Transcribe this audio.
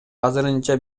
азырынча